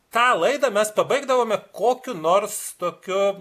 tą laidą mes pabaigdavome kokiu nors tokiu